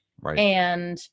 Right